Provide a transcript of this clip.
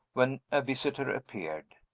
when a visitor appeared.